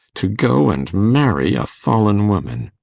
to go and marry a fallen woman!